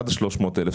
עד 300 אלף.